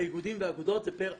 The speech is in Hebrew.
לאיגודים ולאגודות זה פר ענף.